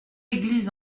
église